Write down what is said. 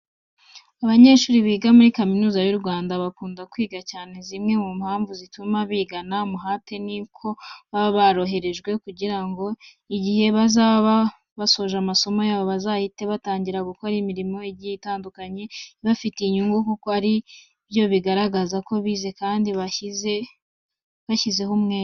Abanyeshuri biga muri Kaminuza y'u Rwanda bakunda kwiga cyane. Zimwe mu mpamvu zituma bigana umuhate ni uko baba baroherejwe kugira ngo igihe bazaba basoje amasomo yabo, bazahite batangira gukora imirimo igiye itandukanye ibafitiye inyungu kuko ari byo bigaragaza ko bize kandi bashyizeho umwete.